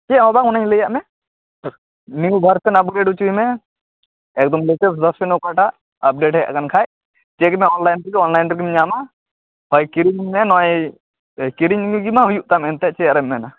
ᱪᱮᱫ ᱦᱚᱸ ᱵᱟᱝ ᱚᱱᱮᱧ ᱞᱟᱹᱭᱟᱫ ᱢᱮ ᱱᱤᱭᱩ ᱵᱷᱟᱨᱥᱮᱱ ᱟᱯᱰᱮᱴ ᱚᱪᱚᱭ ᱢᱮ ᱮᱠᱫᱚᱢ ᱞᱮᱴᱮᱥ ᱵᱷᱟᱨᱥᱮᱱ ᱚᱠᱟᱴᱟᱜ ᱟᱯᱰᱮᱴ ᱦᱮᱡ ᱟᱠᱟᱱ ᱠᱷᱟᱡ ᱪᱮᱠ ᱢᱮ ᱚᱱᱞᱟᱭᱤᱱ ᱛᱮᱜᱮ ᱚᱱᱞᱟᱭᱤᱱ ᱨᱮᱜᱮᱢ ᱧᱟᱢᱟ ᱵᱟᱠᱷᱟᱡ ᱠᱤᱨᱤᱧ ᱢᱮ ᱱᱚᱜᱼᱚᱸᱭ ᱠᱤᱨᱤᱧ ᱞᱟᱹᱜᱤᱫ ᱢᱟ ᱦᱩᱭᱩᱜ ᱠᱟᱱ ᱮᱱᱛᱮᱫ ᱪᱮᱫ ᱟᱨᱮᱢ ᱢᱮᱱᱟ